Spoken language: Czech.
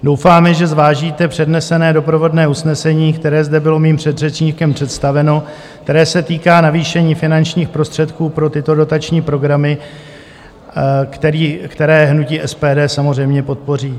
Doufáme, že zvážíte přednesené doprovodné usnesení, které zde bylo mým předřečníkem představeno, které se týká navýšení finančních prostředků pro tyto dotační programy, které hnutí SPD samozřejmě podpoří.